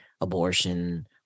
abortion